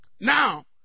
Now